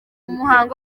muhango